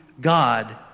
God